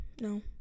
No